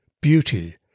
beauty